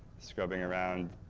scrubbing around,